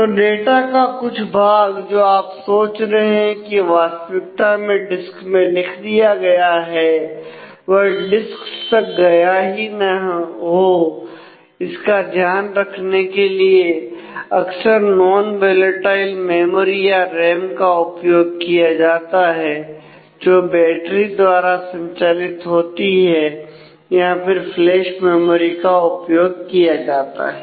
तो डाटा का कुछ भाग जो आप सोच रहे हैं कि वास्तविकता में डिस्क में लिख दिया गया है वह डिस्क्स तक गया ही नहीं तो इसका ध्यान रखने के लिए अक्सर नॉन वोलेटाइल मेमोरी या रेम का उपयोग किया जाता है जो बैटरी द्वारा संचालित होती है या फिर फ्लैश मेमोरी का उपयोग किया जाता है